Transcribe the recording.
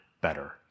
better